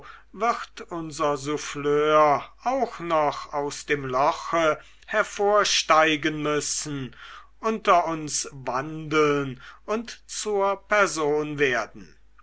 wird unser souffleur auch noch aus dem loche hervorsteigen müssen unter uns wandeln und zur person werden